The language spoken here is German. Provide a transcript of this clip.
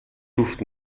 luft